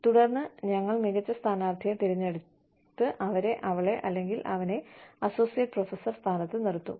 തുടർന്ന് ഞങ്ങൾ മികച്ച സ്ഥാനാർത്ഥിയെ തിരഞ്ഞെടുത്ത് അവരെ അവളെ അല്ലെങ്കിൽ അവനെ അസോസിയേറ്റ് പ്രൊഫസർ സ്ഥാനത്ത് നിർത്തും